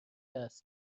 است